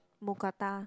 Mookata